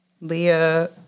Leah